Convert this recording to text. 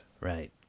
Right